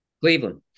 Cleveland